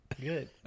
Good